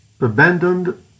abandoned